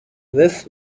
this